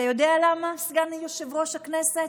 אתה יודע למה, סגן יושב-ראש הכנסת?